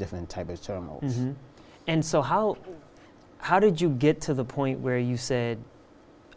different type of turmoil and so how how did you get to the point where you say